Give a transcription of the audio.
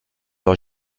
leur